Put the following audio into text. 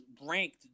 ranked